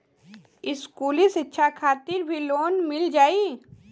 इस्कुली शिक्षा खातिर भी लोन मिल जाई?